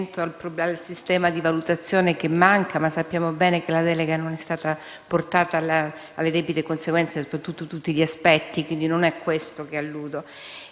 Grazie,